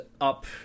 up